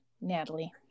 Natalie